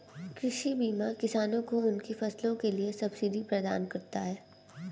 कृषि बीमा किसानों को उनकी फसलों के लिए सब्सिडी प्रदान करता है